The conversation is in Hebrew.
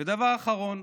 ודבר אחרון: